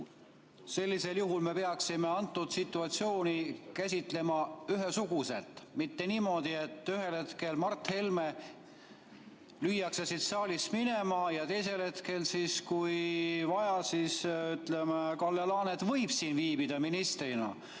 sellisel juhul me peaksime antud situatsiooni käsitlema ühesuguselt, mitte niimoodi, et ühel hetkel Mart Helme lüüakse siit saalist minema ja teisel hetkel, kui vaja, siis Kalle Laanet võib siin ministrina